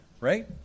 right